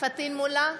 פטין מולא,